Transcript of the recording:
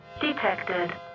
detected